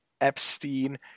Epstein